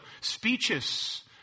speeches